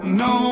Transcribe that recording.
no